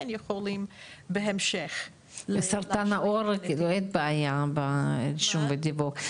יכולים בהמשך --- לסרטן העור אין בעיה ברישום ובדיווח?